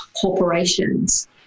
corporations